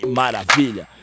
maravilha